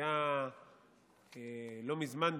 לא מזמן,